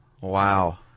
Wow